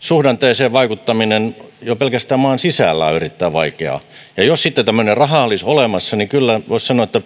suhdanteeseen vaikuttaminen jo pelkästään maan sisällä on erittäin vaikeaa ja jos sitten tämmöinen raha olisi olemassa niin kyllä voisi sanoa että